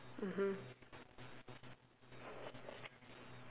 mmhmm